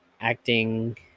acting